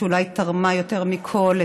שאולי תרמה יותר מכול,